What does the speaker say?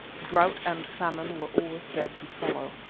draught and famine were always said to follow.